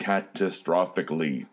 Catastrophically